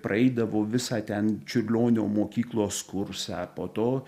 praeidavo visą ten čiurlionio mokyklos kursą po to